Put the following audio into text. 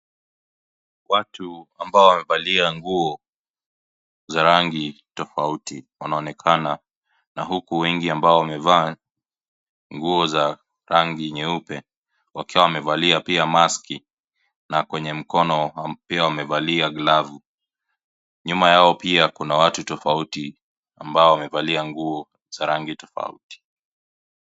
Watu ambao wamevalia nguo za rangi tofauti wanaonekana na huku wengi ambao wamevaa nguo za rangi nyeupe wakiwa wamevalia pia maski na kwenye mkono pia wamevalia glavu. Nyuma yao pia kuna watu tofauti ambao wamevalia nguo za rangi tofauti.